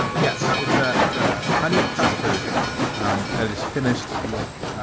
yes, it's a it's a honey custard um that i just finished with